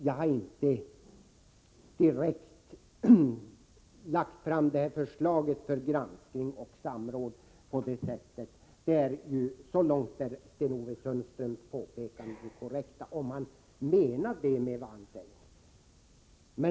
Jag har inte direkt lagt fram det här förslaget för granskning och samråd — så långt är Sten-Ove Sundströms påpekanden korrekta, om han nu menade det han sade.